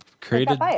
created